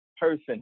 person